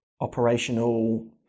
operational